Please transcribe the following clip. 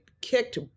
kicked